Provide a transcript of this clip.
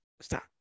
stop